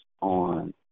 on